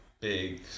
big